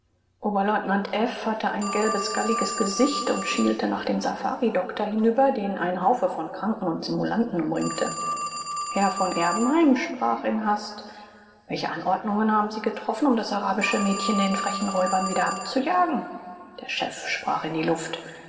oberleutnant f hatte ein gelbes galliges gesicht und schielte nach dem safaridoktor hinüber den ein haufe von kranken und simulanten umringte herr von erbenheim sprach in hast welche anordnungen haben sie getroffen um das arabische mädchen den frechen räubern wieder abzujagen der chef sprach in die luft